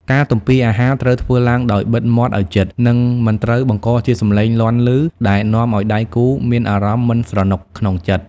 ការទំពារអាហារត្រូវធ្វើឡើងដោយបិទមាត់ឱ្យជិត និងមិនត្រូវបង្កជាសំឡេងលាន់ឮដែលនាំឱ្យដៃគូមានអារម្មណ៍មិនស្រណុកក្នុងចិត្ត។